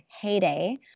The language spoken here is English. Heyday